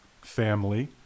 family